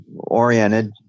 oriented